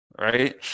right